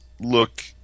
look